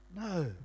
No